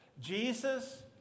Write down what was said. Jesus